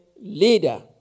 leader